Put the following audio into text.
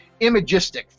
imagistic